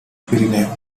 pirineu